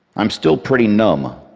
i'm still pretty numb,